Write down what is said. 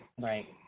Right